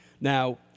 Now